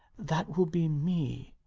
that will be me.